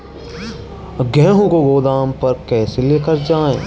गेहूँ को गोदाम पर कैसे लेकर जाएँ?